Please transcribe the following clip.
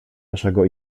naszego